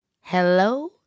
Hello